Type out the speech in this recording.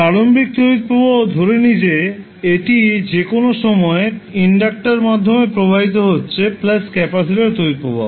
প্রারম্ভিক তড়িৎ প্রবাহ ধরে নিই যে এটিই যেটি যে কোনও সময় ইনডাক্টরের মাধ্যমে প্রবাহিত হচ্ছে প্লাস ক্যাপাসিটার তড়িৎ প্রবাহ